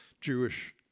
Jewish